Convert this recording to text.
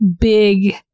big